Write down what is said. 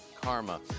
karma